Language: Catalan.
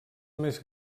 més